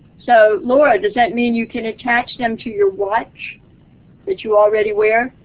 so lara does that mean you can attach them to your watch that you already wear?